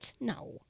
No